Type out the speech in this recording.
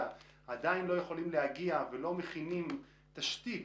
עדיין לא יכולים להגיע ולא מכינים תשתית